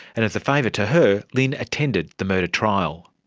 and as a favour to her, lynne attended the murder trial.